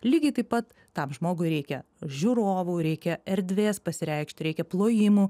lygiai taip pat tam žmogui reikia žiūrovų reikia erdvės pasireikšti reikia plojimų